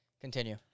Continue